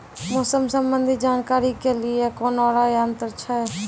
मौसम संबंधी जानकारी ले के लिए कोनोर यन्त्र छ?